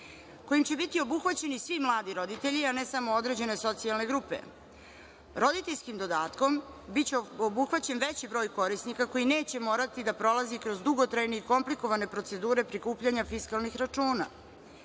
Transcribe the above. kojim će biti obuhvaćeni svi mladi roditelji, a ne samo određene socijalne grupe. Roditeljskim dodatkom biće obuhvaćen veći broj korisnika koji neće morati da prolazi kroz dugotrajne i komplikovane procedure prikupljanja fiskalnih računa. Kako